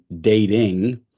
dating